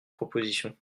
proposition